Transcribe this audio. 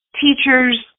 teachers